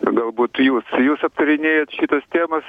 galbūt jūs jūs aptarinėjat šitas temas